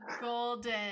Golden